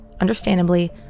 understandably